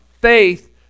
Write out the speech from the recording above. faith